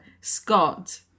Scott